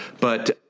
but-